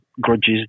grudges